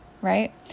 right